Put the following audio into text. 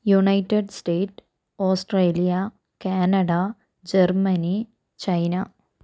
united state Australia Canada Germany China